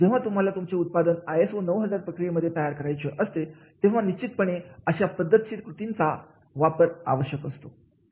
जेव्हा तुम्हाला तुमचे उत्पादनआय एस ओ 9000 प्रक्रियेमध्ये तयार करायचे असते तेव्हा निश्चितपणे अशा पद्धतशीर कृतींचा वापर आवश्यक असतो